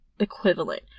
equivalent